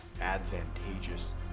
advantageous